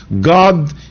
God